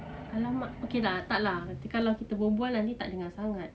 !alamak! okay lah tak lah nanti kalau kita bebual nanti tak dengar sangat